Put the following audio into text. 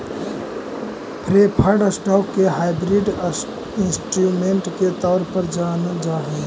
preferred stock के hybrid instrument के तौर पर जानल जा हइ